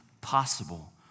possible